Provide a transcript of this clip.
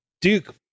Duke